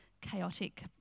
chaotic